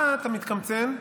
שלוש דקות.